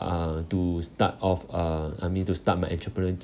uh to start off uh I mean to start my entrepreneur